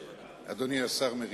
אדוני השר מרידור,